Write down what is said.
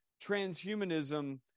transhumanism